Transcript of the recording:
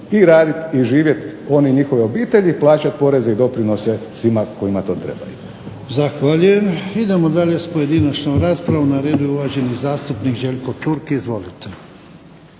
i raditi i živjeti i oni i njihove obitelji i plaćati poreze i doprinose svima kojima to trebaju. **Jarnjak, Ivan (HDZ)** Zahvaljujem. Idemo dalje s pojedinačnom raspravom. Na redu je uvaženi zastupnik Željko Turk, izvolite.